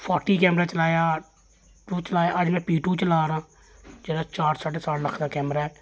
forty camera चलाया अज्ज में पी टू चला ना हा जेह्ड़ा चार साढ़े चार लक्ख कैमरा ऐ